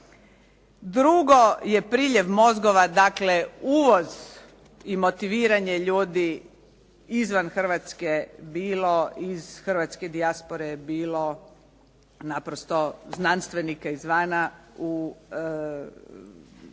drugo je priljev mozgova, dakle uvoz i motiviranje ljudi izvan Hrvatske, bilo iz hrvatske dijaspore, bilo naprosto znanstvenika izvana, dolazak